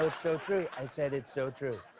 so true. i said it's so true.